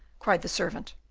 cried the servant.